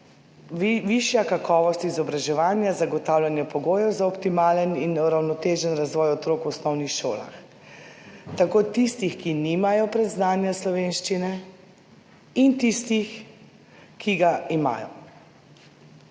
višja kakovost izobraževanja, zagotavljanje pogojev za optimalen in uravnotežen razvoj otrok v osnovnih šolah, tako tistih, ki nimajo predznanja slovenščine, kot tistih, ki ga imajo.